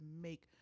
make